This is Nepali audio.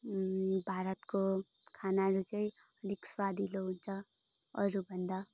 भारतको खानाहरू चाहिँ अलिक स्वादिलो हुन्छ अरूभन्दा